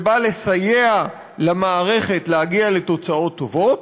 זה בא לסייע למערכת להגיע לתוצאות טובות,